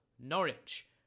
Norwich